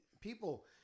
people